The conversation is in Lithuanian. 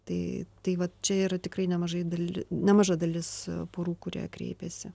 tai tai va čia yra tikrai nemažai daliai nemaža dalis porų kurie kreipiasi